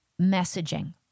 messaging